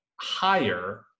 higher